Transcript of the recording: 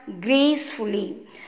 gracefully